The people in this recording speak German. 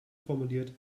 formuliert